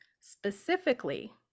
specifically